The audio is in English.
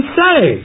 say